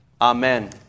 Amen